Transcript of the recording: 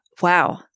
wow